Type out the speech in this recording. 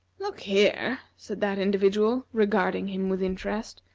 look here, said that individual, regarding him with interest,